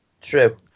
True